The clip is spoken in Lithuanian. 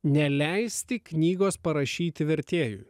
neleisti knygos parašyti vertėjui